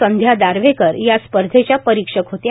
संध्या दाव्हेकर या स्पर्धेच्या परिक्षक होत्या